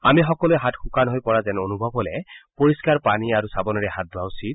আমি সকলোৰে হাত শুকান হৈ পৰা যেন অনুভৱ হ'লে পৰিষ্কাৰ পানী আৰু চাবোনেৰে হাত ধোৱা উচিত